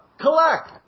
collect